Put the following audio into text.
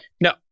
No